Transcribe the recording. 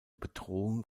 bedrohung